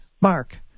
mark